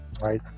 Right